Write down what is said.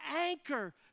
anchor